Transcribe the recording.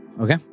Okay